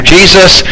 Jesus